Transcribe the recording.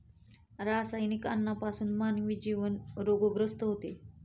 रासायनिक अन्नापासून मानवी जीवन रोगग्रस्त होते